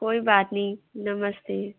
कोई बात नहीं नमस्ते